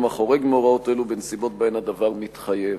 החורג מהוראות אלה בנסיבות שבהן הדבר מתחייב.